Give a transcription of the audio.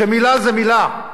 שמלה זו מלה.